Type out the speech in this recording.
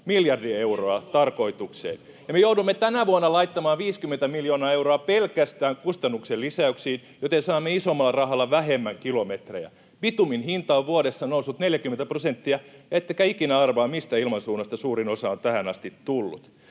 kuin koskaan!] Ja me joudumme tänä vuonna laittamaan 50 miljoonaa euroa pelkästään kustannuksien lisäyksiin, joten saamme isommalla rahalla vähemmän kilometrejä. Bitumin hinta on vuodessa noussut 40 prosenttia, ettekä ikinä arvaa, mistä ilmansuunnasta suurin osa on tähän asti tullut.